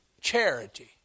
charity